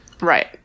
Right